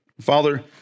Father